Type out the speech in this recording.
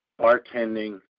bartending